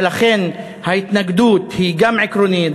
ולכן ההתנגדות היא גם עקרונית,